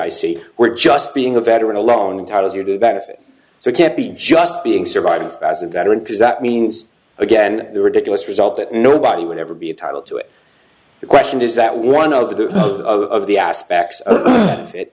c we're just being a veteran alone and how does your to benefit so it can't be just being surviving as a veteran because that means again the ridiculous result that nobody would ever be entitled to it the question is that one of the of the aspects of it